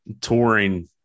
touring